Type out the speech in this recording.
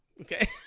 Okay